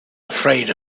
afraid